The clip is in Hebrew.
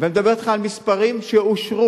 ומדבר אתך על מספרים שאושרו,